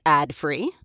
ad-free